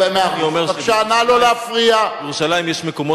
אני אומר שבירושלים, מאה אחוז.